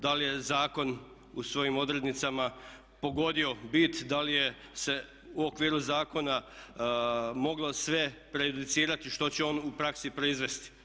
Da li je zakon u svojim odrednicama pogodio bit, da li se u okviru zakona moglo sve prejudicirati što će on u praksi proizvesti?